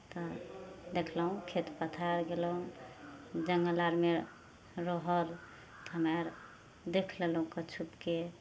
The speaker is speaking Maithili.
तऽ देखलहुँ खेत पथार गेलहुँ जङ्गल अरमे रहल तऽ हमे आर देख लेलहुँ कऽ छुपछुपके